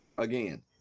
again